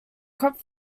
crop